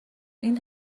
این